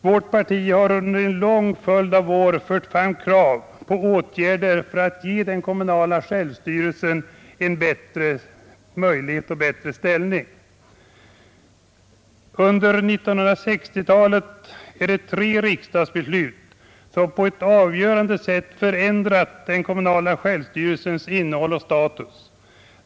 Vårt parti har också under en lång följd av år fört fram krav på åtgärder för att ge den kommunala självstyrelsen bättre möjligheter och en starkare ställning. Under 1960-talet är det tre riksdagsbeslut som på ett avgörande sätt förändrat den kommunala självstyrelsens innehåll och status.